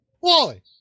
Wally